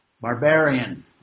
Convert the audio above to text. barbarian